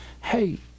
Hey